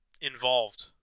involved